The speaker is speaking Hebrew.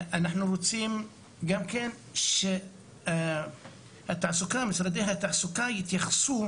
אנחנו רוצים שמשרדי התעסוקה יתייחסו